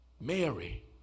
Mary